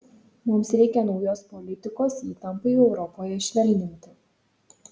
mums reikia naujos politikos įtampai europoje švelninti